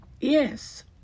Yes